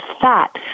fat